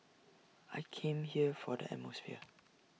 I came here for the atmosphere